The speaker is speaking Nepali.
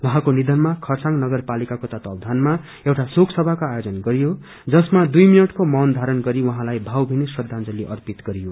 उहाँको निधनमा चारसाङ नगरपालिकाको तत्वाधनामा एउटा शोक सभाको आयोजन गरियो जसमा दुइ मिनटको मौन धारण गरी उहाँलाई भावमिनी श्रदाजंली अर्पित गरियो